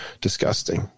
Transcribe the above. Disgusting